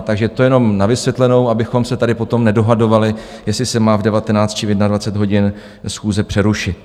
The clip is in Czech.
Takže to jenom na vysvětlenou, abychom se tady potom nedohadovali, jestli se má v 19 či 21 hodin schůze přerušit.